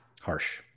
Harsh